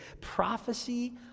Prophecy